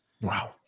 Wow